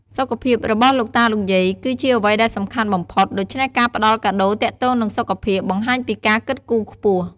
សុខភាពរបស់លោកតាលោកយាយ គឺជាអ្វីដែលសំខាន់បំផុត ដូច្នេះការផ្តល់កាដូរទាក់ទងនឹងសុខភាព បង្ហាញពីការគិតគូរខ្ពស់។